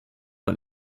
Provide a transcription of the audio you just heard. man